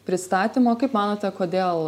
pristatymo kaip manote kodėl